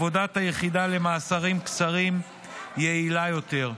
עבודת היחידה למאסרים קצרים יעילה יותר.